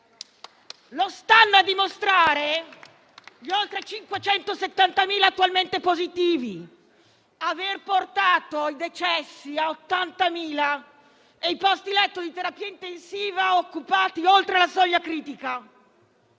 Lo stanno a dimostrare gli oltre 570.000 attualmente positivi, l'aver portato i decessi a 80.000 e i posti letto di terapia intensiva occupati oltre la soglia critica.